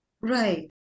Right